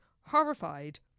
horrified